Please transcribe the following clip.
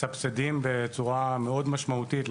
מסבסדים בצורה מאוד משמעותית.